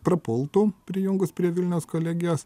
prapultų prijungus prie vilniaus kolegijos